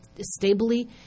stably